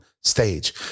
stage